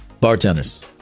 bartenders